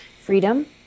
freedom